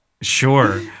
sure